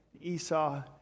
Esau